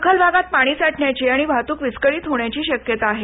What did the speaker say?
सखल भागात पाणी साठण्याची आणि वाहतूक विस्कळीत होण्याची शक्यता आहे